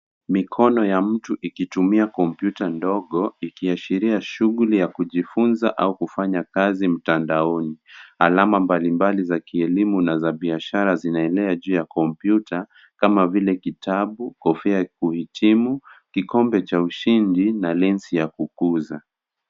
Mikono ya mtu ikitumia kompyuta ndogo ikiashiria shughuli ya kujifunza au kifanya kazi mtandaoni. Alama mbalimbali za kielimu na biashara zinaenea juu ya kompyuta kama vile kitabu, kofia ya kuhitimu, kikombe cha ushindi na lensi ya kukuza.